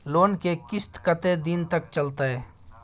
Loan के किस्त कत्ते दिन तक चलते?